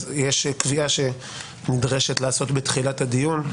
אז יש קביעה שנדרשת לעשות בתחילת הדיון.